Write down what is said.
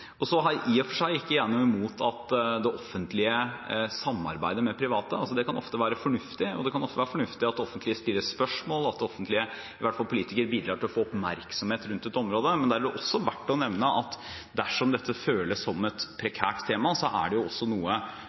til. Så har i og for seg ikke jeg noe imot at det offentlige samarbeider med private. Det kan ofte være fornuftig, og det kan ofte være fornuftig at det offentlige stiller spørsmål, at det offentlige, i hvert fall politikere, bidrar til å få oppmerksomhet rundt et område. Men da er det også verdt å nevne at dersom dette føles som et prekært tema, er det noe